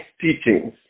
teachings